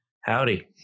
Howdy